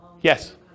Yes